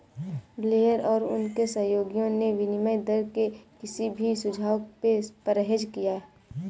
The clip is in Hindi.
ब्लेयर और उनके सहयोगियों ने विनिमय दर के किसी भी सुझाव से परहेज किया